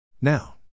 Now